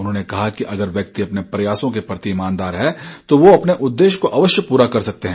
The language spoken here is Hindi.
उन्होंने कहा कि अगर व्यक्ति अपने प्रयासों के प्रति ईमानदार है तो वो अपने उद्देश्य को अवश्य पूरा कर सकते हैं